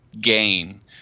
gain